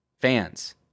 fans